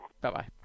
Bye-bye